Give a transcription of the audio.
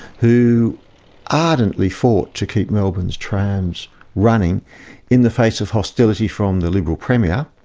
who ardently fought to keep melbourne's trams running in the face of hostility from the liberal premier,